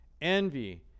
envy